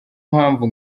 mpamvu